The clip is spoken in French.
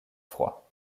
froids